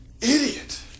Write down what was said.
Idiot